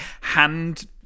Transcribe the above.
hand